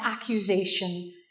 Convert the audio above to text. accusation